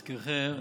להזכירכם,